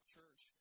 Church